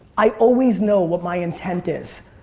i always know what my intent is.